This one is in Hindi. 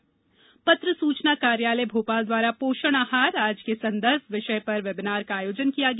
बेविनार पत्र सूचना कार्यालय भोपाल द्वारा पोषण आहार आज के संदर्भ विषय पर वेबिनार का आयोजन किया गया